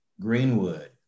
greenwood